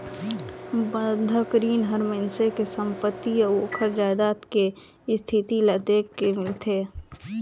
बंधक रीन हर मइनसे के संपति अउ ओखर जायदाद के इस्थिति ल देख के मिलथे